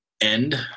end